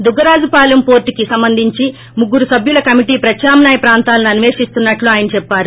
Duggaraju Palem port కి సంబంధించి ముగ్గురు సభ్యుల్ కమిటి ప్రత్యామ్నాయ ప్రాంతాలను అన్వేషిస్తునట్లు ఆయన చెప్పారు